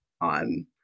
on